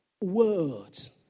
words